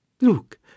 Look